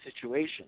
situation